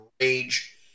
rage